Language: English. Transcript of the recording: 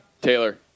Taylor